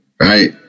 right